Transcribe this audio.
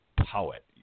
poet